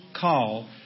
call